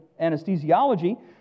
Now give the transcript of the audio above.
anesthesiology